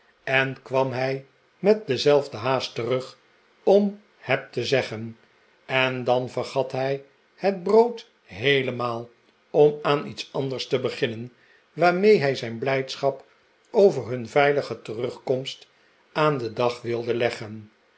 en kwam hij met dezelfde haast terug om het te zeggen en dan vergat hij het brood heelemaal om aan iets anders te beginnen waarmee hij zijn blijdschap over hun veilige terugkomst aan den dag wilde leggenj